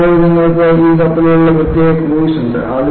ഇപ്പോൾ നിങ്ങൾക്ക് ഈ കപ്പലുകളിൽ പ്രത്യേക ക്രൂയിസ് ഉണ്ട്